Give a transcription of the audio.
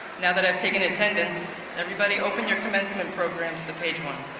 now that i've taken attendance, everybody open your commencement programs to page one.